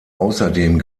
außerdem